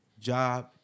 job